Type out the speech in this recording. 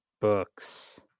books